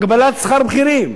הגבלת שכר בכירים.